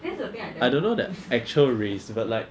I don't know their actual race but like